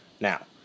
Now